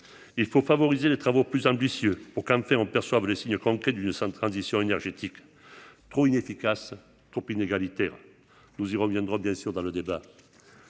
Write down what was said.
il faut favoriser les travaux plus ambitieux pour qu'fait en perçoivent les signes concrets d'une sans transition énergétique trop inefficace, trop inégalitaire, nous y reviendrons bien sûr dans le débat